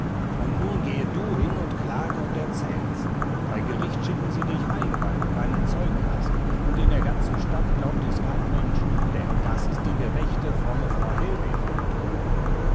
und nun gehe du hin und klage und erzähl's bei gericht schicken sie dich heim weil du keine zeugen hast und in der ganzen stadt glaubt dir's kein mensch denn das ist die gerechte fromme frau hellwig und du